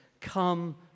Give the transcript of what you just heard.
come